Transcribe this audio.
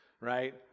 right